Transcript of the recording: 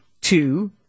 two